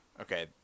okay